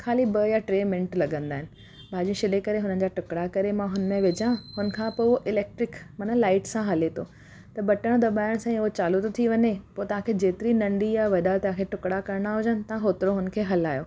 ख़ाली ॿ या टे मिंट लॻंदा आहिनि भाॼी छिले करे हुननि जा टुकड़ा करे मां हुनमें विझां हुनखां पोइ इलेक्ट्रिक मना लाइट्स सां हले थो त बटण दबायण सां ई उहो चालू थो थी वञे तव्हांखे जेतिरी नंढी या वॾा तव्हांखे टुकड़ा करणा हुजनि तव्हां ओतिरो हुनखे हलायो